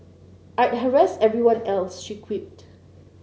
I'd harass everyone else she quipped